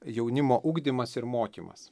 jaunimo ugdymas ir mokymas